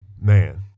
Man